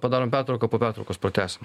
padarom pertrauką po pertraukos pratęsim